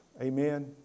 Amen